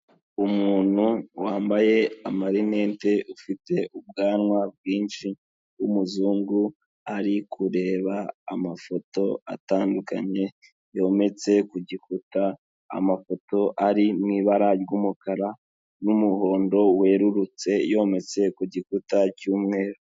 Umuntu wambaye amarinetie, ufite ubwanwa bwinshi, w'umuzungu, ari kureba amafoto atandukanye yometse ku gikuta, amafoto ari mu ibara ry'umukara n'umuhondo werurutse, yometse ku gikuta cy'umweru.